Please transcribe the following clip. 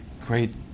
great